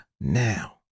now